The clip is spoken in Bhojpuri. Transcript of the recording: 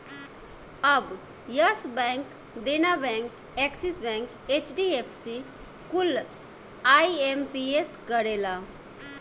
अब Yes bank, Dena bank, Axis bank, HDFC कुल आई.एम.पी.एस करेला